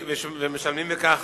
ומשלמים בכך